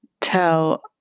tell